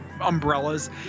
Umbrellas